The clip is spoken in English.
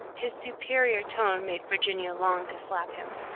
his superior tone made virginia long to slap him.